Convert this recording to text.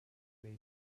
wnei